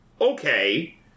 Okay